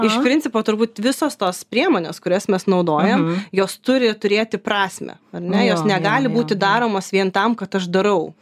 iš principo turbūt visos tos priemonės kurias mes naudojam jos turi turėti prasmę ar ne jos negali būti daromos vien tam kad aš darau